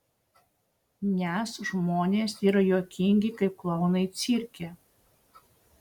nes žmonės yra juokingi kaip klounai cirke